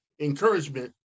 encouragement